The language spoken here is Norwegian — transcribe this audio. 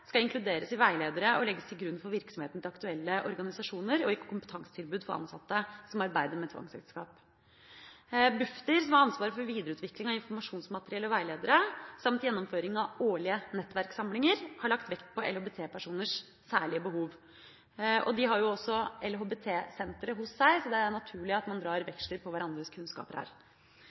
skal inkluderes i veiledere og legges til grunn for virksomheten til aktuelle organisasjoner og i kompetansetilbud for ansatte som arbeider med tvangsekteskap. Barne-, ungdoms- og familiedirektoratet, som har ansvar for videreutvikling av informasjonsmateriell og veiledere samt gjennomføring av årlige nettverkssamlinger, har lagt vekt på LHBT-personers særlige behov. De har også LHBT-senteret hos seg, så det er naturlig at man drar veksler på hverandres kunnskap her.